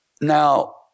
Now